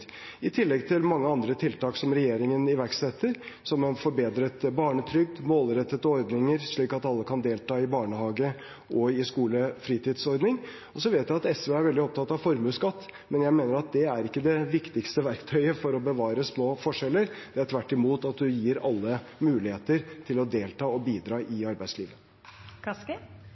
i tillegg til mange andre tiltak som regjeringen iverksetter, som forbedret barnetrygd og målrettede ordninger slik at alle kan delta i barnehage og i skolefritidsordning. Så vet jeg at SV er veldig opptatt av formuesskatt, men jeg mener at det ikke er det viktigste verktøyet for å bevare små forskjeller. Det er tvert imot at man gir alle muligheter til å delta og bidra i arbeidslivet.